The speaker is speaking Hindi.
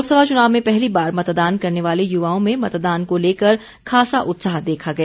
लोकसभा चुनाव में पहली बार मतदान करने वाले युवाओं में मतदान को लेकर खासा उत्साह देखा गया